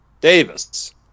Davis